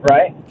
Right